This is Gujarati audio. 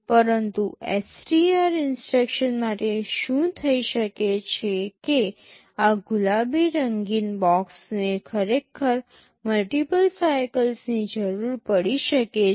પરંતુ STR ઇન્સટ્રક્શન માટે શું થઈ શકે છે કે આ ગુલાબી રંગીન બોક્સને ખરેખર મલ્ટિપલ સાઇકલ્સની જરૂર પડી શકે છે